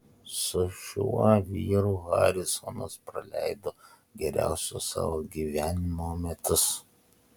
su šiuo vyru harisonas praleido geriausius savo gyvenimo metus